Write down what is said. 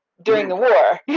during the war. you